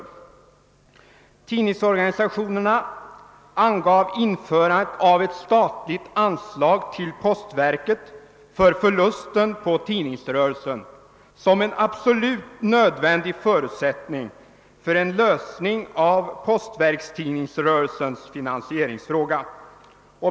Tidningsorganisationerna angav införandet av ett statligt anslag till postverket för förlusten på tidningsrörelsen som en absolut nödvändig förutsättning för en lösning av postverkstidningsrörelsens finansieringsfråga.